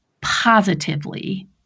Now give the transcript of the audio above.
positively